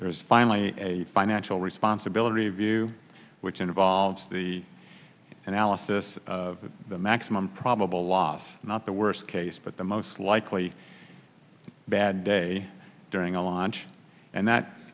there's finally a financial responsibility view which involves the analysis of the maximum probable lof not the worst case but the most likely bad day during a lodge and that